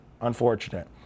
unfortunate